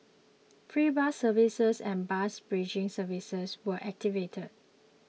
free bus services and bus bridging services were activated